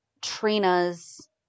Trina's